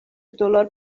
دلار